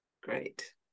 great